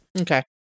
okay